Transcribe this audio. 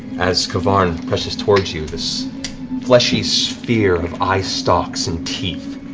as k'varn presses towards you, this fleshy sphere of eyestalks and teeth,